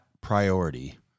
priority